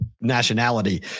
nationality